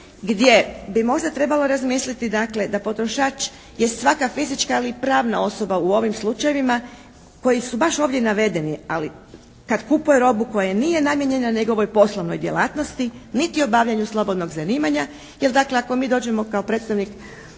gdje bi možda trebalo razmisliti dakle da potrošač je svaka fizička, ali i pravna osoba u ovim slučajevima koji su baš ovdje navedeni, ali kad kupuje robu koja nije namijenjena njegovoj poslovnoj djelatnosti niti obavljaju slobodnog zanimanja. Jer dakle ako mi dođemo kao predstavnik